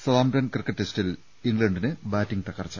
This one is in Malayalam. സതാംപ്ടൺ ക്രിക്കറ്റ് ടെസ്റ്റിൽ ഇംഗ്ലണ്ടിന് ബാറ്റിംഗ് തകർച്ച